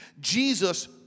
Jesus